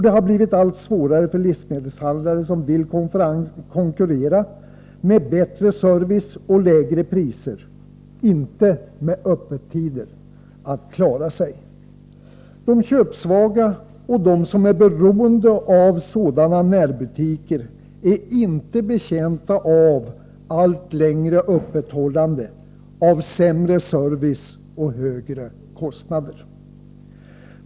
Det har blivit allt svårare för livsmedelshandlare som vill konkurrera med bättre service och lägre priser — inte med öppettider — att klara sig. De köpsvaga och de som är beroende av sådana närbutiker är inte betjänta av allt längre öppethållande, av sämre service och högre kostnader.